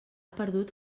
perdut